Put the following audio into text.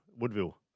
Woodville